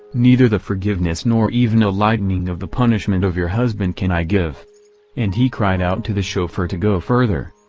neither the forgiveness nor even a lightening of the punishment of your husband can i give and he cried out to the chauffeur to go further.